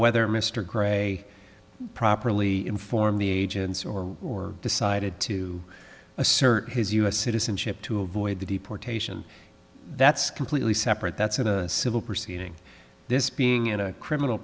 whether mr gray properly informed the agents or or decided to assert his u s citizenship to avoid the deportation that's completely separate that's in a civil proceeding this being in a criminal